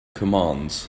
commands